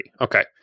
Okay